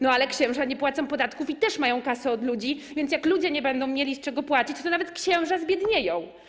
No ale księża nie płacą podatków i też mają kasę od ludzi, więc jak ludzie nie będą mieli z czego płacić, to nawet księża zbiednieją.